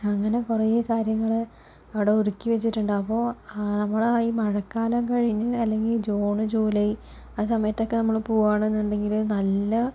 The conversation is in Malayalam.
അങ്ങനെ കുറേ കാര്യങ്ങൾ അവിടെ ഒരുക്കി വച്ചിട്ടുണ്ട് അപ്പോൾ ആ നമ്മുടെ ഈ മഴക്കാലം കഴിഞ്ഞ് അല്ലെങ്കിൽ ജൂൺ ജൂലൈ ആ സമയത്തൊക്കെ നമ്മൾ പോകുകയാണെന്നുണ്ടെങ്കിൽ നല്ല